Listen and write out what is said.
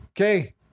Okay